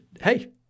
hey